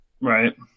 right